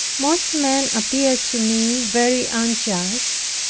most men appear to me very unjust,